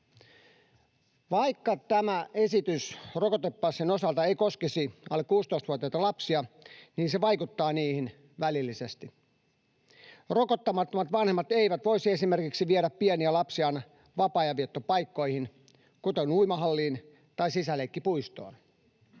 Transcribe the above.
Vaikka tämä esitys rokotepassin osalta ei koskisi alle 16-vuotiaita lapsia, se vaikuttaa heihin välillisesti. Rokottamattomat vanhemmat eivät voisi esimerkiksi viedä pieniä lapsiaan vapaa-ajanviettopaikkoihin, kuten uimahalliin tai sisäleikkipuistoon.